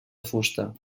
fusta